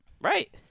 Right